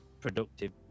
productive